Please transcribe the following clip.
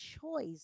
choice